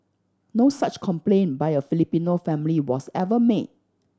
no such complaint by a Filipino family was ever made